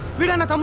we don't know um